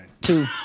Two